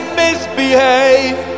misbehave